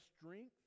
strength